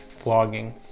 vlogging